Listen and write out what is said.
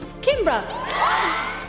Kimbra